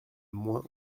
moins